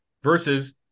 versus